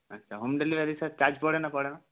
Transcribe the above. আচ্ছা home delivery sir charge পড়ে না পড়ে না